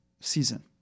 season